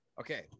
Okay